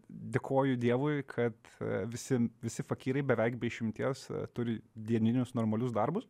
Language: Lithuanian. dėkoju dievui kad visi visi fakyrai beveik be išimties turi dieninius normalius darbus